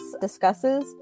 discusses